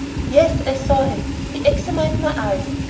yes, i saw him. he examined my eyes.